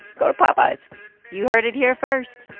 go to popeyes you heard it here first